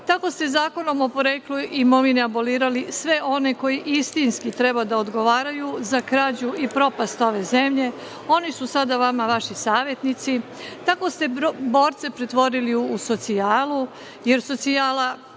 tako ste Zakonom o poreklu imovine abolirali sve one koji istinski treba da odgovaraju za krađu i propast ove zemlje, oni su sada vama vaši savetnici, tako ste borce pretvorili u socijalu, jer socijala